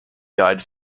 guide